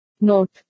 Note